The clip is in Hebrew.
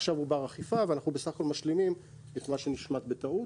עכשיו הוא בר אכיפה ואנחנו בסך הכול משלימים את מה שהושמט בטעות.